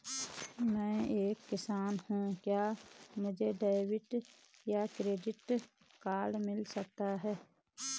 मैं एक किसान हूँ क्या मुझे डेबिट या क्रेडिट कार्ड मिल सकता है?